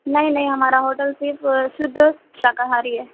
نہیں نہیں ہمارا ہوٹل صرف شُدھ شاکاہاری ہے